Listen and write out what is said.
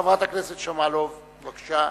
חברת הכנסת שמאלוב, בבקשה.